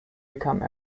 become